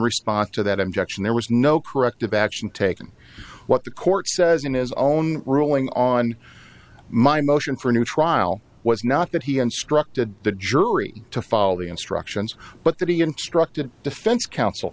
response to that objection there was no corrective action taken what the court says in his own ruling on my motion for a new trial was not that he instructed the jury to follow the instructions but that he instructed defense counsel